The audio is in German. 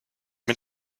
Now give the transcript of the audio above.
mit